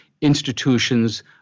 institutions